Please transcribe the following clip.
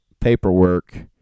paperwork